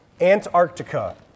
Antarctica